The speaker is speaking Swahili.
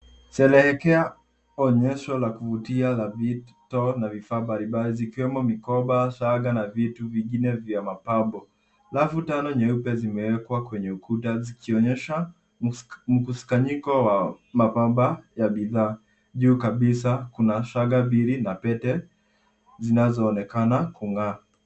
Sherehekea onyesho la kuvutia la vito na vifaa mbalimbali zikiwemo mikoba, shanga na vitu vingine vya mapambo. Rafu tano nyeupe zimewekwa kwenye ukuta zikionyesha mkusanyiko wa ya mapambo bidhaa. Juu kabisa kuna shanga mbili na pete zinazoonekana kung'aa.